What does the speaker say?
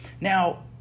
now